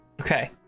Okay